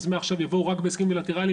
אז מעכשיו יבואו רק בהסכמים בילטראליים